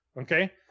okay